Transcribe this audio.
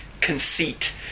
conceit